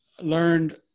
learned